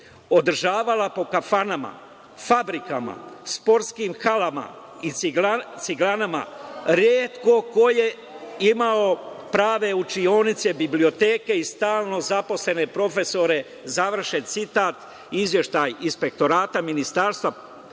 održavala po kafanama, fabrikama, sportskim halama i ciglanama, retko ko je imao prave učionice, biblioteke i stalno zaposlene profesore“. Završen citat, izveštaj Inspektorata Ministarstva